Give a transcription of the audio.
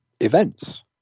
events